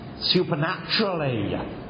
Supernaturally